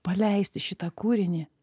paleisti šitą kūrinį